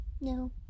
No